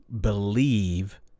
believe